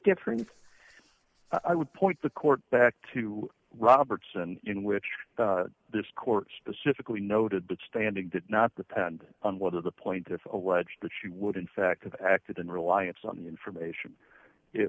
difference i would point the court back to roberts and in which this court specifically noted that standing did not depend on whether the point of alleged that she would in fact of acted in reliance on the information